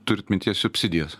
turit mintyje subsidijas